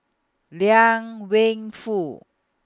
Liang Wenfu